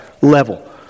level